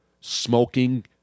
smoking